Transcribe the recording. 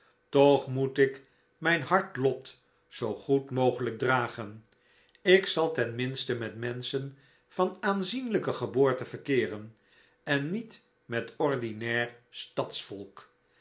toch moet ik mijn hard lot zoo goed mogelijk dragen ik zal tenminste met menschen van aanzienlijke geboorte verkeeren en niet met ordinair